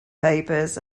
papers